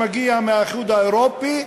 שמגיע מהאיחוד האירופי,